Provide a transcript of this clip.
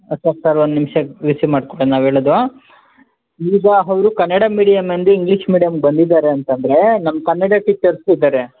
sir sir ಒಂದ್ನಿಂಷ receive ಮಾಡ್ಕೊಳ್ಳಿ ನಾವು ಹೇಳೋದು ಈಗ ಅವರು ಕನ್ನಡ ಮೀಡಿಯಮಿಂದ ಇಂಗ್ಲೀಷ್ ಮೀಡಿಯಂ ಬಂದಿದ್ದಾರೆಂತಂದ್ರೆ ನಮ್ಮ ಕನ್ನಡ ಟೀಚರ್ಸು ಇದ್ದಾರೆ